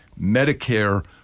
Medicare